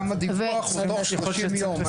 גם הדיווח הוא תוך 30 יום.